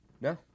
No